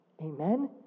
Amen